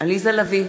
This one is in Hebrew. עליזה לביא,